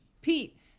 Pete